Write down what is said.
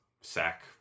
sack